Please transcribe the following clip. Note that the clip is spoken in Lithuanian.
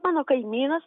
mano kaimynas